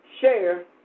share